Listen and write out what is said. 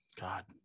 God